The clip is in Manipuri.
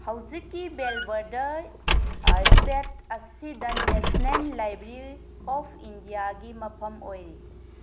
ꯍꯧꯖꯤꯛꯀꯤ ꯕꯦꯜꯕꯔꯗꯔ ꯏꯁꯇꯦꯠ ꯑꯁꯤꯗ ꯅꯦꯁꯅꯦꯜ ꯂꯥꯏꯕ꯭ꯔꯤ ꯑꯣꯐ ꯏꯟꯗꯤꯌꯥꯒꯤ ꯃꯐꯝ ꯑꯣꯏꯔꯤ